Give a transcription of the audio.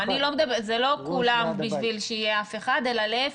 זה לא כולם בשביל שיהיה אף אחד אלא להיפך,